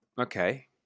okay